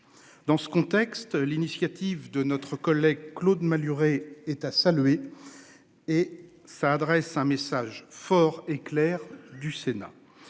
Dans ce contexte, l'initiative de notre collègue Claude Malhuret est à saluer. Et enfin, adresse un message fort et clair du Sénat.